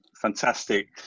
fantastic